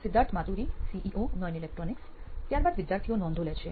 Siddharth Maturi CEO નોઇન electronics ત્યાર બાદ વિદ્યાર્થીઓ નોંધો લે છે